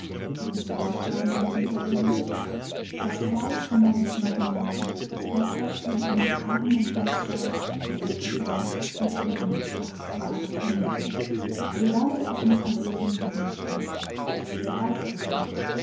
wenn es überhaupt raben in diesen regionen giebt das fleisch von meinen knochen nagen als daß sie in einen armenhaussarg gelegt werden und in einem schachtgrabe vermodern so wandte ich mich also den hügeln zu ich erreichte sie